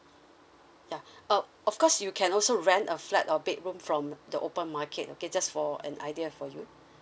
ya uh of course you can also rent a flat or bedroom from the open market okay just for an idea for you